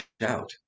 out